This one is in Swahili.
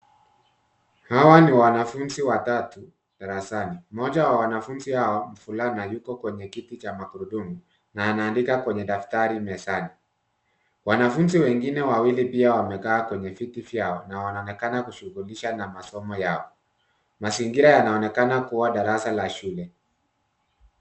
Hawa ni wanafunzi watatu darasani. Mmoja wa wanafunzi hao, mvulana ako kwenye kiti cha magurudumu na anaandika kwenye daftari mezani. Wanafunzi wengine wawili pia wamekaa kwenye viti vyao na wanaonekana kujishughulisha na masomo yao. Mazingira yanaonekana kuwa darasa la shule.